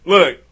Look